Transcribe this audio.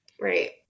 Right